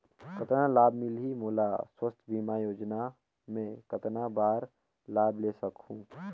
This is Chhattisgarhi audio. कतना लाभ मिलही मोला? स्वास्थ बीमा योजना मे कतना बार लाभ ले सकहूँ?